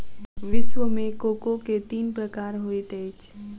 विश्व मे कोको के तीन प्रकार होइत अछि